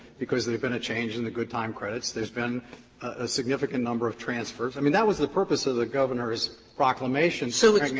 because there has been a change in the good time credits. there has been a significant number of transfers. i mean, that was the purpose of the governor's proclamation so